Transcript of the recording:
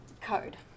code